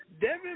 Devin